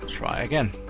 try again.